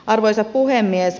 arvoisa puhemies